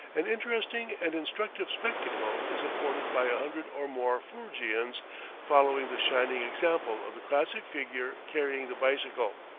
an interesting and instructive spectacle is afforded by a hundred or more foorgians following the shining example of the classic figure carrying the bicycle,